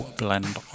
blend